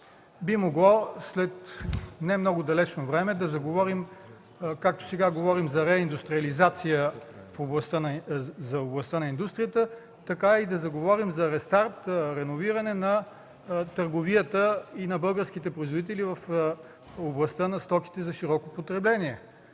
би могло след немного далечно време да заговорим, както сега говорим за реиндустриализация в областта на индустрията, така да заговорим за рестарт и реновиране на търговията на българските производители в областта на стоките за широко потребление.